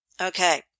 Okay